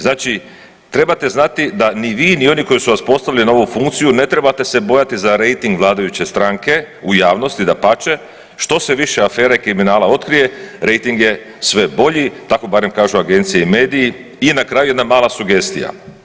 Znači trebate znati da ni vi, ni oni koji su postavili na ovu funkciju ne trebate se bojati za rejting vladajuće stranke u javnosti, dapače što se više afere i kriminala otkrije rejting je sve bolji, tako barem kažu Agencije i mediji i na kraju jedna mala sugestija.